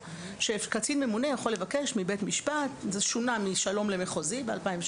שקצין ממונה יכול לבקש מבית משפט זה שונה משלום למחוזי ב-2017